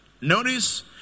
Notice